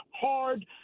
hard